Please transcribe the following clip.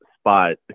spot